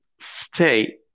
stay